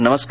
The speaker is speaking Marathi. नमस्कार